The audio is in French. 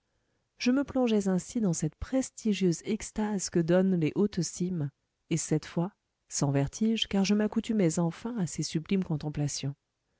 je me plongeais ainsi dans cette prestigieuse extase que donnent les hautes cimes et cette fois sans vertige car je m'accoutumais enfin à ces sublimes contemplations